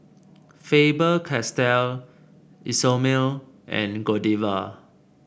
Faber Castell Isomil and Godiva